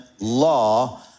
law